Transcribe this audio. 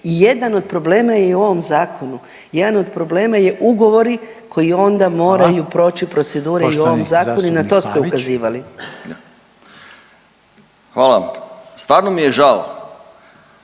i jedan od problema je i u ovom zakonu. Jedan od problema je ugovori koji onda moraju …/Upadica: Hvala./… proći procedure i u ovom zakonu i na to ste ukazivali. **Reiner, Željko